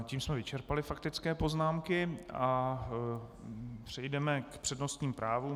Tím jsme vyčerpali faktické poznámky a přejdeme k přednostním právům.